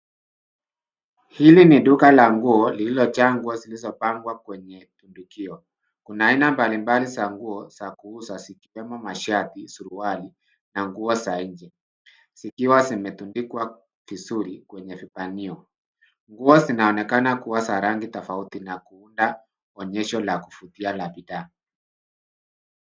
Hili ni duka la nguo lililojaa nguo zilizipangwa kwenye tundukio. Kuna aina mbalibali za nguo za kuuza zikiwemo mashati, suruali na nguo za nje zikiwa zimetundikwa vizuri kwenye vibanio. Nguo zinaonekana kuwa za rangi tofauti na kuunda onyesho la kuvutia kwa bidhaa.